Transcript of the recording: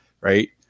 Right